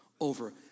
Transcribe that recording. over